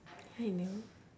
hello